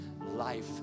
life